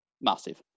Massive